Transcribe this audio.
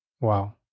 Wow